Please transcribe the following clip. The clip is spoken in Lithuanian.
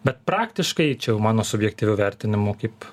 bet praktiškai čia jau mano subjektyviu vertinimu kaip